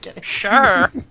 Sure